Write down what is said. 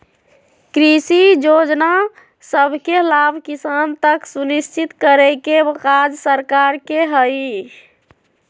कृषि जोजना सभके लाभ किसान तक सुनिश्चित करेके काज सरकार के हइ